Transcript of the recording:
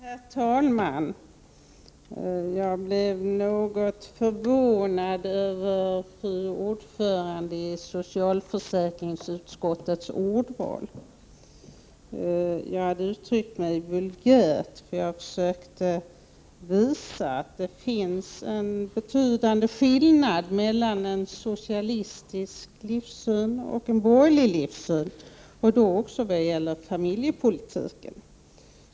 Herr talman! Jag blev något förvånad över fru ordförandens i socialförsäkringsutskottet ordval. Jag hade uttryckt mig vulgärt, för jag försökte visa att det finns en betydande skillnad mellan en socialistisk livssyn och en borgerlig livssyn, även vad gäller familjepolitiken.